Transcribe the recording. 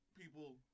People